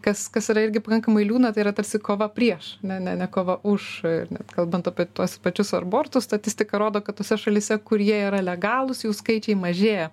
kas kas yra irgi pakankamai liūdna tai yra tarsi kova prieš ne ne kova už ir net kalbant apie tuos pačius abortus statistika rodo kad tose šalyse kur jie yra legalūs jų skaičiai mažėja